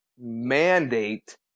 mandate